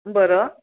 बरं